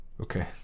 Okay